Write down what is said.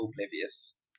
oblivious